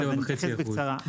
ואני אתייחס בקצרה.